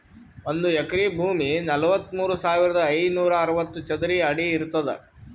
ಒಂದ್ ಎಕರಿ ಭೂಮಿ ನಲವತ್ಮೂರು ಸಾವಿರದ ಐನೂರ ಅರವತ್ತು ಚದರ ಅಡಿ ಇರ್ತದ